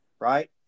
right